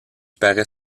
paraît